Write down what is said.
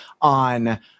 on